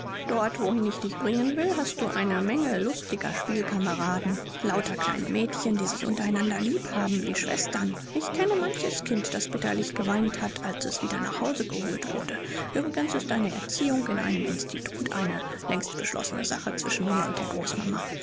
dort wohin ich dich bringen will hast du eine menge lustiger spielkameraden lauter kleine mädchen die sich untereinander lieb haben wie schwestern ich kenne manches kind das bitterlich geweint hat als es wieder nach hause geholt wurde uebrigens ist deine erziehung in einem institut eine längst beschlossene sache zwischen mir und der großmama